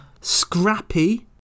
Scrappy